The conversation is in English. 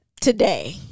today